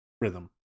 rhythm